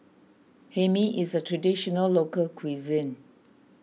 Hae Mee is a Traditional Local Cuisine